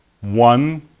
one